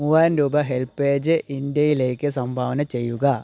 മൂവായിരം രൂപ HelpAge ഇന്ത്യയിലേക്ക് സംഭാവന ചെയ്യുക